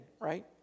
right